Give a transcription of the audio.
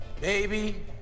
baby